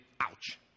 ouch